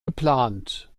geplant